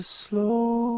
slow